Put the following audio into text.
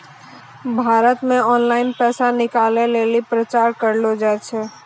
भारत मे ऑनलाइन पैसा निकालै लेली प्रचार करलो जाय छै